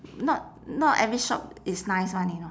not not every shop is nice [one] you know